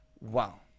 wow